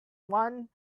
one